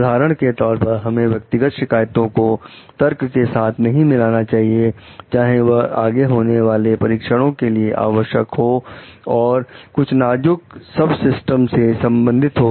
उदाहरण के तौर पर हमें व्यक्तिगत शिकायतों को तर्क के साथ नहीं मिलाना चाहिए चाहे वह आगे होने वाले परीक्षणों के लिए आवश्यक हो और कुछ नाजुक सब सिस्टम से संबंधित हो